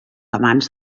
amants